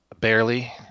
barely